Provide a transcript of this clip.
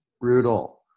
Brutal